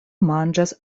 manĝas